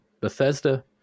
Bethesda